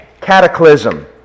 cataclysm